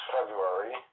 February